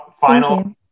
final